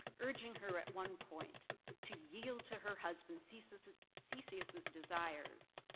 urging her at one point to yield to her husband theseus's theseus's desires,